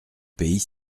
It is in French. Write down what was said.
pays